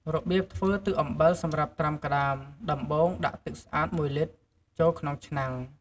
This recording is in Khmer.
របៀបធ្វើទឹកអំបិលសម្រាប់ត្រាំក្ដាម ដំបូងដាក់ទឹកស្អាត ១ លីត្រ ចូលក្នុងឆ្នាំង។